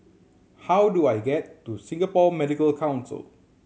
how do I get to Singapore Medical Council